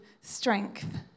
strength